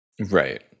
Right